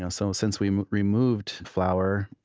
yeah so since we removed flour,